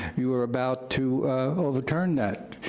you are about to overturn that.